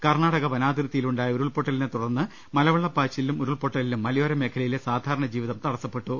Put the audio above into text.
കർണാടക വനാതിർത്തിയിലുണ്ടായ ഉരുൾപൊട്ടലിനെതുടർന്നുണ്ടായ മലവെള്ള പാച്ചിലിലും ഉരുൾപൊ ട്ടലിലും മലയോര മേഖലയിലെ സാധാരണ ജീവിതം തടസ്സപ്പെട്ടു